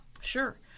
Sure